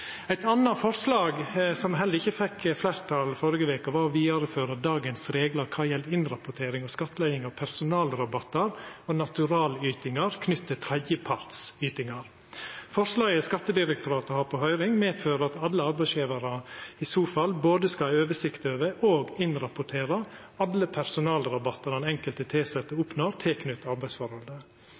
Eit anna forslag, som heller ikkje fekk fleirtal førre veka, var forslaget om å vidareføra dagens reglar om innrapportering og skattlegging av personalrabattar og naturalytingar knytte til tredjepartsytingar. Forslaget, som Skattedirektoratet har på høyring, medfører at alle arbeidsgjevarar i så fall både skal ha oversikt over og innrapportera alle personalrabattar den enkelte tilsette oppnår knytte til arbeidsforholdet.